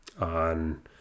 on